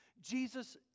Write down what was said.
Jesus